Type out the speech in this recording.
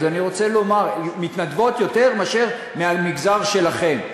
מתנדבות יותר מאשר מהמגזר שלכם.